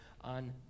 on